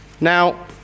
Now